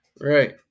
Right